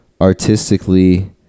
artistically